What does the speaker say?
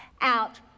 out